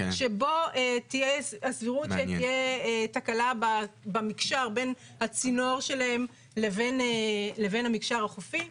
הסבירות שתהיה תקלה בין הצינור שלהם לבין המקשר החופי.